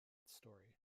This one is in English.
story